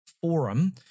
forum